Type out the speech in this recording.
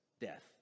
death